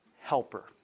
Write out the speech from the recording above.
helper